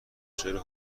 چرا